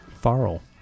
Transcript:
Farrell